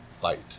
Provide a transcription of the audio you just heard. fight